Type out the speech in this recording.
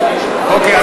אוקיי,